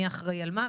מי אחראי על מה,